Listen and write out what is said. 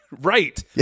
right